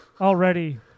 already